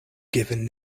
given